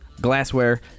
glassware